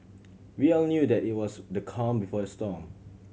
we all knew that it was the calm before the storm